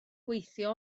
gweithio